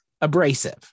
abrasive